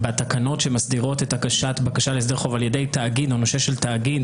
בתקנות שמסדירות את הגשת בקשה להסדר חוב על ידי תאגיד או נושה של תאגיד,